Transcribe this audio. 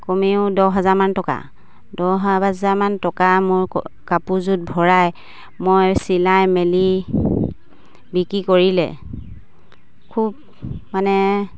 কমেও দহ হাজাৰমান টকা দহ হাজাৰমান টকা মোৰ কাপোৰযোৰত ভৰাই মই চিলাই মেলি বিক্ৰী কৰিলে খুব মানে